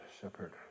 Shepherd